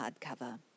hardcover